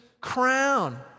crown